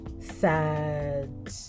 sad